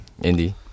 Indie